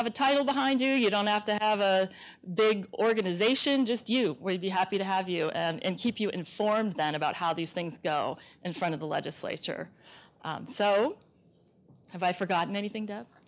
have a title behind you you don't have to have a big organization just you would be happy to have you and keep you informed then about how these things go in front of the legislature so have i forgotten anything